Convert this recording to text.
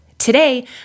Today